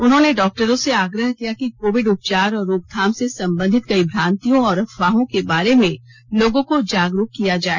उन्होंने डॉक्टरों से आग्रह किया कि कोविड उपचार और रोकथाम से संबंधित कई भ्रांतियों और अफवाहों के बारे में लोगों को जागरूक किया जाए